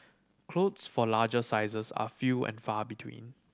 clothes for larger sizes are few and far between